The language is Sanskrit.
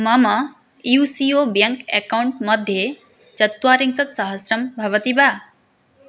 मम U C O bank account मध्ये चत्वारिंशत् सहस्रं भवति वा